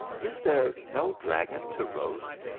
is there no dragon to roast?